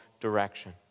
direction